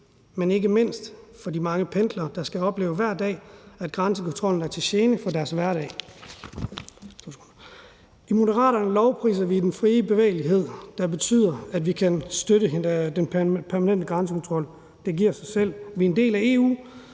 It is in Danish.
men ikke mindst for de mange pendlere, der oplever, at grænsekontrollen er til gene for deres hverdag. I Moderaterne lovpriser vi den frie bevægelighed, hvilket betyder, at vi ikke kan støtte den permanente grænsekontrol. Det giver sig selv. Vi er en del af